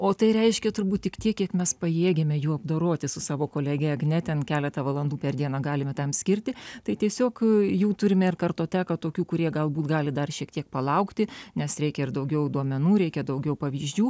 o tai reiškia turbūt tik tiek kiek mes pajėgiame jų apdoroti su savo kolege agne ten keletą valandų per dieną galime tam skirti tai tiesiog jų turime ir kartoteką tokių kurie galbūt gali dar šiek tiek palaukti nes reikia ir daugiau duomenų reikia daugiau pavyzdžių